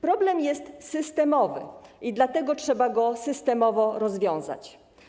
Problem jest systemowy i dlatego trzeba go systemowo rozwiązać.